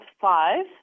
five